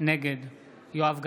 נגד יואב גלנט,